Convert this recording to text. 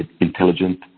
intelligent